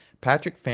Patrick